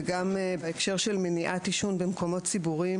וגם בהקשר של מניעת עישון במקומות ציבוריים,